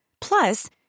Plus